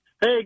Hey